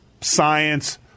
science